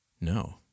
No